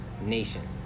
nation